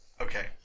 Okay